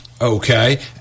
Okay